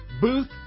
Booth